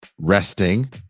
resting